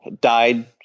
died